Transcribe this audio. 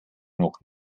noch